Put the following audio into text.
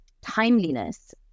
timeliness